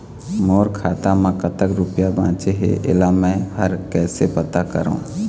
मोर खाता म कतक रुपया बांचे हे, इला मैं हर कैसे पता करों?